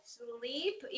sleep